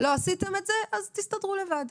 לא עשיתם את זה, אז תסדרו לבד.